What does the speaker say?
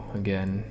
again